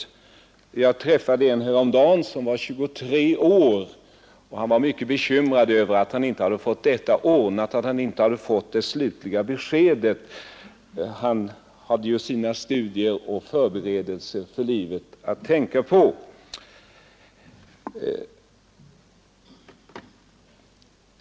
Jag träffade häromdagen en yngling, som var 23 år och som var mycket bekymrad över att han inte fått det slutliga beskedet. Han hade ju sina studier och förberedelser för livet att tänka på.